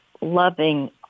loving